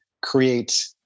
create